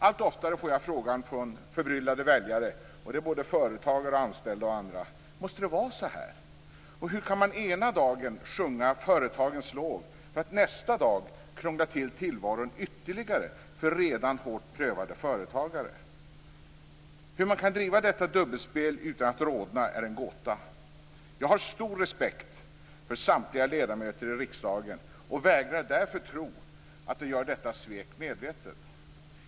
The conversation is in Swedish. Allt oftare får jag frågan från förbryllade väljare, det är företagare, anställda och andra: Måste det vara så här? Hur kan man ena dagen sjunga företagens lov för att nästa dag krångla till tillvaron ytterligare för redan hårt prövade företagare? Hur man kan driva detta dubbelspel utan att rodna är en gåta. Jag har stor respekt för samtliga ledamöter i riksdagen och vägrar därför tro att de begår detta svek medvetet.